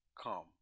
come